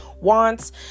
wants